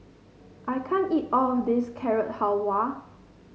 I can't eat all of this Carrot Halwa